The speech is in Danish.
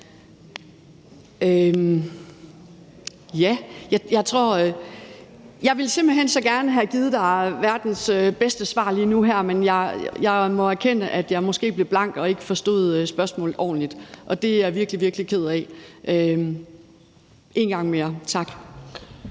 Jeg ville simpelt hen så gerne have givet dig verdens bedste svar lige nu og her, men jeg må erkende, at jeg måske er blank og ikke forstod spørgsmålet ordentligt. Det er jeg virkelig, virkelig ked af. Kan jeg få